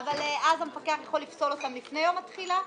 אבל אז המפקח יכול לפסול אותם לפני יום התחילה?